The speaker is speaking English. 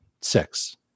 Six